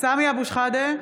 סמי אבו שחאדה,